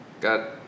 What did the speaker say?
got